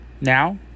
Now